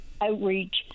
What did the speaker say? outreach